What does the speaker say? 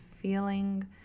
feeling